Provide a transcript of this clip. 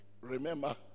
Remember